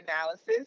analysis